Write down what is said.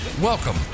Welcome